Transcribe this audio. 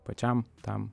pačiam tam